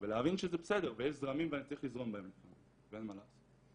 ולהבין שזה בסדר ויש זרמים ואני צריך לזרום בהם לפעמים ואין מה לעשות.